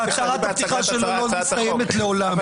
אני בהצגת הצעת החוק.